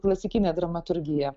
klasikinė dramaturgija